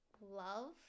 love